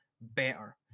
better